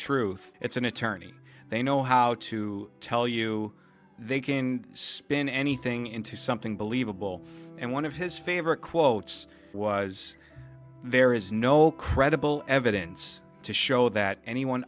truth it's an attorney they know how to tell you they can spin anything into something believable and one of his favorite quotes was there is no credible evidence to show that anyone